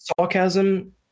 sarcasm